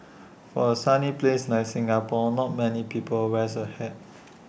for A sunny place like Singapore not many people wears A hat